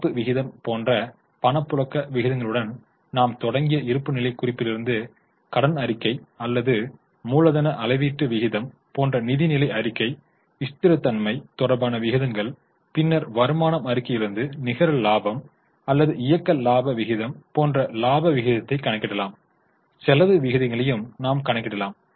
நடப்பு விகிதம் போன்ற பணப்புழக்க விகிதங்களுடன் நாம் தொடங்கிய இருப்புநிலைக் குறிப்பிலிருந்து கடன் அறிக்கை அல்லது மூலதன அளவீட்டு விகிதம் போன்ற நிதிநிலை அறிக்கை ஸ்திரத்தன்மை தொடர்பான விகிதங்கள் பின்னர் வருமான அறிக்கையிலிருந்து நிகர லாபம் அல்லது இயக்க லாப விகிதம் போன்ற இலாப விகிதத்தை கணக்கிடலாம் செலவு விகிதங்களையும் நாம் கணக்கிடலாம்